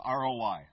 ROI